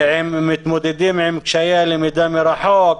והם מתמודדים עם קשיי הלמידה מרחוק.